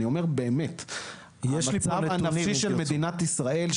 אני אומר באמת: המצב הנפשי של מדינת ישראל,